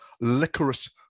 Licorice